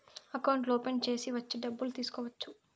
అకౌంట్లు ఓపెన్ చేసి వచ్చి డబ్బులు తీసుకోవచ్చు